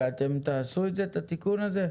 ואתם תעשו את התיקון הזה?